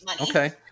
okay